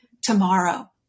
tomorrow